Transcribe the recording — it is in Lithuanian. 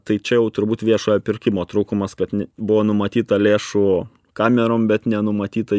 tai čia jau turbūt viešojo pirkimo trūkumas kad buvo numatyta lėšų kamerom bet nenumatytai